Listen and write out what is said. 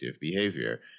behavior